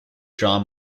john